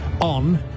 on